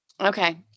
Okay